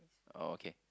oh okay